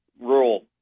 rural